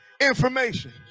information